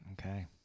Okay